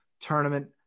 Tournament